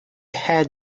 had